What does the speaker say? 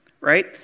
right